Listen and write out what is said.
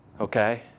okay